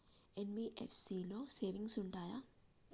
NBFC లో savings ఉంటయా?